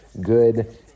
good